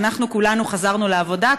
אנחנו כולנו חזרנו לעבודה,